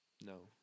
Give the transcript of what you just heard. No